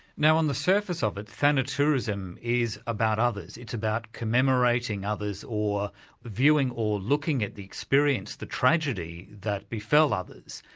now on the surface of it, thanatourism is about others. it's about commemorating others, or viewing or looking at the experience, the tragedy, that befell others.